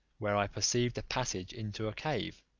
where i perceived a passage into a cave